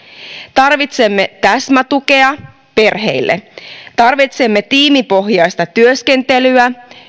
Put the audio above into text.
tarvitsemme täsmätukea perheille tarvitsemme tiimipohjaista työskentelyä